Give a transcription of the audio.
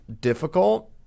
difficult